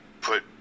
put